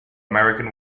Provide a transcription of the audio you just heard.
american